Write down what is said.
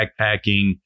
backpacking